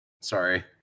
Sorry